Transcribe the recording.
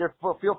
Feel